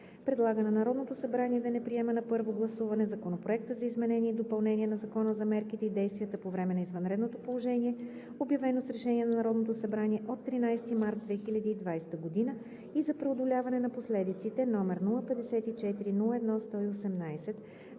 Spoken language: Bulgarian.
Предлага на Народното събрание да не приема на първо гласуване Законопроект за изменение и допълнение на Закона за мерките и действията по време на извънредното положение, обявено с решение на Народното събрание от 13 март 2020 г., и за преодоляване на последиците, № 054-01-118,